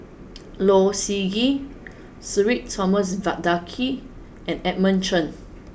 Low Siew Nghee Sudhir Thomas Vadaketh and Edmund Cheng